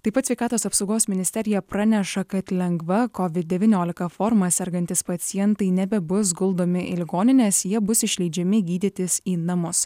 taip pat sveikatos apsaugos ministerija praneša kad lengva covid devyniolika forma sergantys pacientai nebebus guldomi į ligonines jie bus išleidžiami gydytis į namus